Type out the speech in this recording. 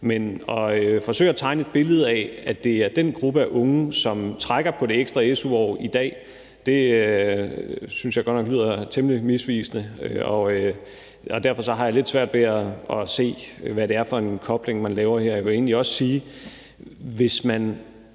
Men at forsøge at tegne et billede af, at det er den gruppe af unge, som trækker på det ekstra su-år i dag, synes jeg godt nok lyder temmelig misvisende, og derfor har jeg lidt svært ved at se, hvad det er for en kobling, man laver her. Jeg vil egentlig også sige, at hvis man